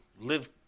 live